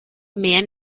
man